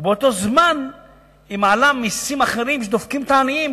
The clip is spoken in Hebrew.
ובאותו זמן היא מעלה מסים אחרים שדופקים את העניים,